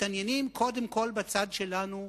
מתעניינים קודם כול בצד שלנו,